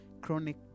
chronic